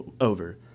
over